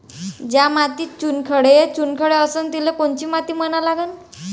ज्या मातीत चुनखडे चुनखडे असन तिले कोनची माती म्हना लागन?